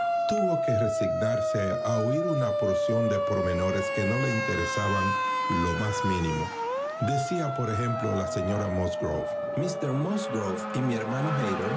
tuvo que resignarse a oír una porción de pormenores que no le interesaban lo más mínimo decía por ejemplo la de musgrove míster musgrove y mi hermano